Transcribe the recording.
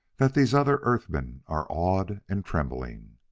that these other earthmen are awed and trembling!